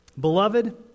Beloved